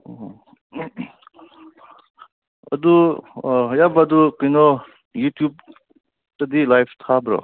ꯑꯣ ꯑꯗꯨ ꯏꯌꯥꯝꯕ ꯑꯗꯨ ꯀꯩꯅꯣ ꯌꯨꯇ꯭ꯌꯨꯕꯇꯗꯤ ꯂꯥꯏꯞ ꯊꯥꯕ꯭ꯔꯣ